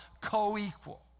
co-equal